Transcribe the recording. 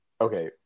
okay